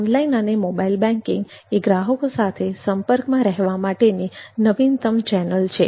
online અને mobile banking એ ગ્રાહકો સાથે સંપર્કમાં રહેવા માટેની નવીનતમ ચેનલ છે